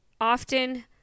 Often